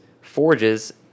forges